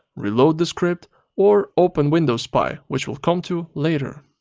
reload the script or open windows spy which we'll come to later.